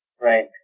Right